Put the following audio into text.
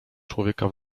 człowieka